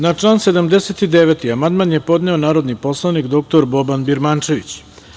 Na član 79. amandman je podneo narodni poslanik dr Boban Birmančević.